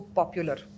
popular